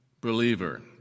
believer